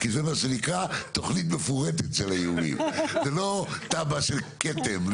כי זה מה שנקרא תוכנית מפורטת של איומים ולא תב"ע של כתם,